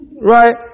Right